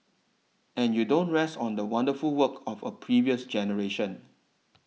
and you don't rest on the wonderful work of a previous generation